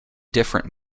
different